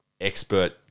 expert